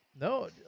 no